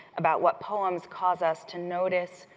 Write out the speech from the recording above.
about what poems cause us to notice,